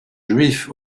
juifs